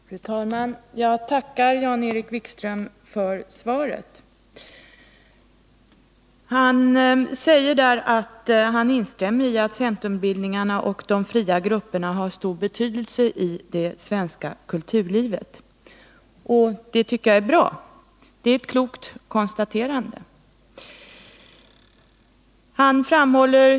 Fru talman! Jag tackar Jan-Erik Wikström för svaret. Han säger där att han instämmer i att centrumbildningarna och de fria grupperna har stor betydelse i det svenska kulturlivet. Det tycker jag är bra. Det är ett klokt konstaterande.